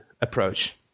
approach